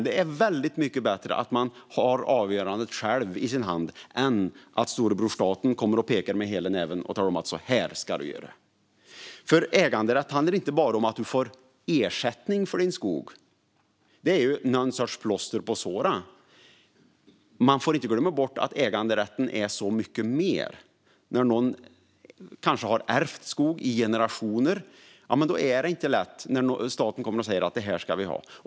Det är väldigt mycket bättre att man har avgörandet själv i sin hand än att storebror staten kommer och pekar med hela näven och talar om hur man ska göra. Äganderätt handlar inte bara om att få ersättning för sin skog. Det är bara någon sorts plåster på såren. Man får inte glömma bort att äganderätten är så mycket mer. Någon kanske har ärvt skog i generationer. Då är det inte lätt när staten kommer och säger: Det här ska vi ha!